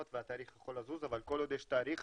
והתאריך יכול לזוז אבל כל עוד יש תאריך,